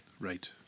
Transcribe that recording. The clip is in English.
Right